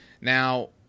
Now